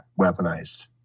weaponized